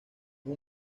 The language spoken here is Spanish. una